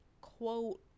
quote